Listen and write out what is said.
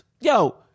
Yo